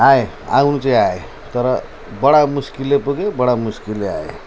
आएँ आउनु चाहिँ आएँ तर बडा मुस्किलले पुगेँ बडा मुस्किलले आएँ